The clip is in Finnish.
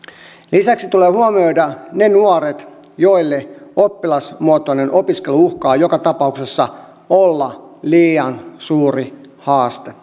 lisäksi tulee huomioida ne nuoret joille oppilaitosmuotoinen opiskelu uhkaa joka tapauksessa olla liian suuri haaste